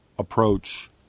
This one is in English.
Approach